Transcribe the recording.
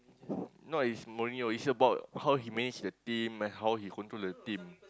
not is Morneo is about how he manage the team and how he control the team